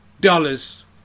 dollars